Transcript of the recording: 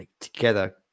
together